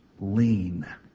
Lean